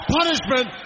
punishment